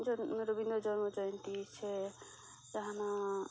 ᱡᱮᱢᱚᱱ ᱨᱚᱵᱤᱱᱫᱨᱚ ᱡᱚᱱᱢᱚ ᱡᱚᱭᱚᱱᱛᱤ ᱥᱮ ᱡᱟᱦᱟᱱᱟᱜ